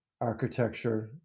architecture